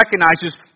recognizes